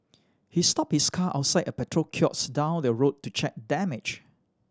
he stop his car outside a petrol kiosk down the road to check damage